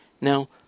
Now